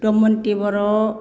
Damayanti Bodo